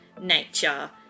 nature